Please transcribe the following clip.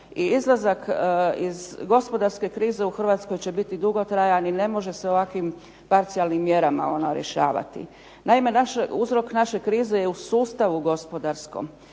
izlazak iz gospodarske krize u Hrvatskoj će biti dugotrajan i ne može se ovakvim parcijalnim mjerama ona rješavati. Naime, uzrok naše krize je u sustavu gospodarskom.